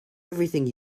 everything